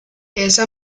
esa